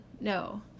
no